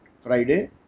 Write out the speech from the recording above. Friday